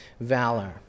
valor